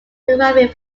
arriving